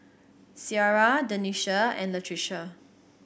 Ciara Denisha and Latricia